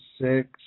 six